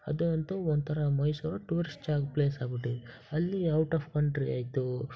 ಅದಂತೂ ಒಂಥರ ಮೈಸೂರು ಟೂರಿಸ್ಟ್ ಜಾಗದ ಪ್ಲೇಸ್ ಆಗ್ಬಿಟ್ಟಿದ್ ಅಲ್ಲಿ ಔಟ್ ಆಫ್ ಕಂಟ್ರಿ ಆಯಿತು